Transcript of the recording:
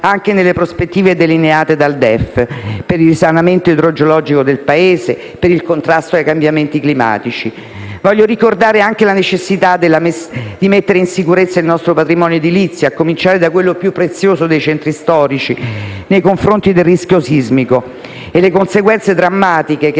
anche nelle prospettive delineate dal DEF, per il risanamento idrogeologico del Paese e per il contrasto ai cambiamenti climatici. Voglio ricordare anche la necessità di mettere in sicurezza il nostro patrimonio edilizio, a cominciare da quello più prezioso dei centri storici, nei confronti del rischio sismico, e le conseguenze drammatiche che